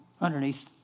underneath